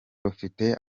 rufite